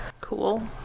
cool